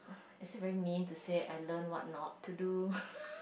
is it very mean to say I learn what not to do